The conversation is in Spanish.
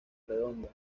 redonda